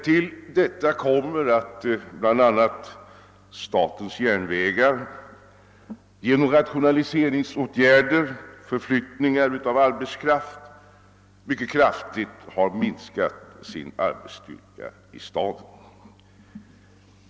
Till detta kommer att bl.a. statens järnvägar genom rationaliseringsåtgärder och förflyttningar av arbetskraft mycket kraftigt har minskat sin arbetsstyrka i staden.